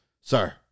Sir